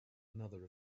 another